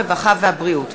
הרווחה והבריאות.